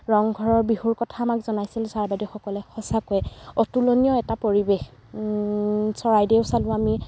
ৰংঘৰৰ বিহুৰ কথা আমাক জনাইছিল ছাৰ বাইদেউসকলে সঁচাকৈয়ে অতুলনীয় এটা পৰিৱেশ চৰাইদেউ চালোঁ আমি